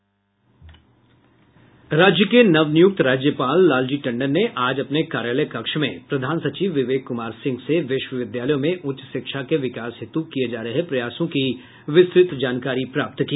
राज्य के नवनियुक्त राज्यपाल लालजी टंडन ने आज अपने कार्यालय कक्ष में प्रधान सचिव विवेक कुमार सिंह से विश्वविद्यालयों में उच्च शिक्षा के विकास हेतु किए जा रहे प्रयासों की विस्तृत जानकारी प्राप्त की